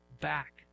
back